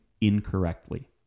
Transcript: incorrectly